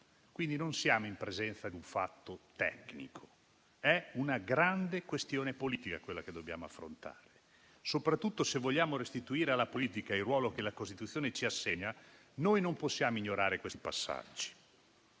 quindi non siamo in presenza di un fatto tecnico, poiché è una grande questione politica quella che dobbiamo affrontare; soprattutto se vogliamo restituire alla politica il ruolo che la Costituzione ci assegna, non possiamo ignorare questi passaggi.